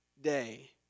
day